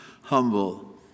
humble